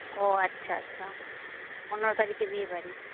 ও আচ্ছা আচ্ছা পনেরো তারিখে বিয়েবাড়ি